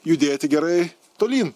judėti gerai tolyn